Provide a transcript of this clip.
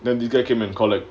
then you get him and collect